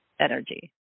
energy